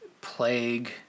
plague